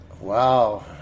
Wow